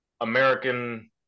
American